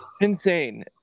insane